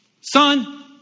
Son